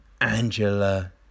Angela